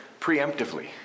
preemptively